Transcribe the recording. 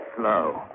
slow